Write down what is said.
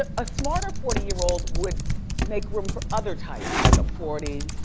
ah a smarter forty year old would make room for other types. like i'm forty,